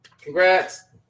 congrats